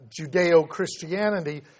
Judeo-Christianity